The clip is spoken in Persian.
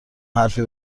حرفی